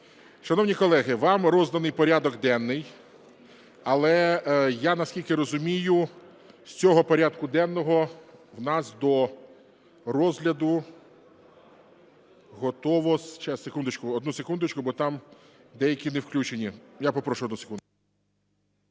Шановні колеги, вам розданий порядок денний, але, я наскільки розумію, з цього порядку денного в нас до розгляду готово… Секундочку, одну секундочку, бо там деякі не включені, я попрошу одну секунду.